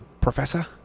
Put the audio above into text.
Professor